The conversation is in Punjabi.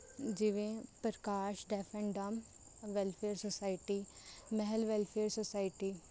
ਜਿਵੇਂ Prakash deaf and dumb welfare society Mahal welfare society